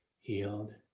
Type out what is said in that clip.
healed